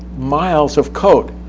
miles of code,